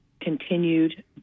continued